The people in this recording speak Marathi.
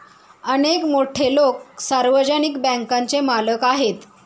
अनेक मोठे लोकं सार्वजनिक बँकांचे मालक आहेत